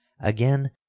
again